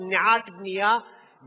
מניעת בנייה,